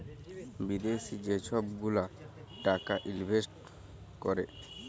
বিদ্যাশি যে ছব গুলা টাকা ইলভেস্ট ক্যরে